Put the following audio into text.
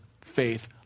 faith